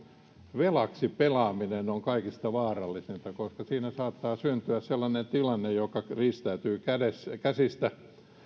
velaksi pelaaminen on kaikista vaarallisinta koska siinä saattaa syntyä sellainen tilanne joka riistäytyy käsistä